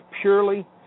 purely